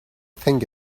think